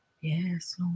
yes